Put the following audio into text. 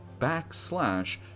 backslash